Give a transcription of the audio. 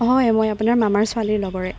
হয় মই আপোনাৰ মামাৰ ছোৱালীৰ লগৰে